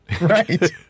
Right